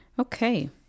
Okay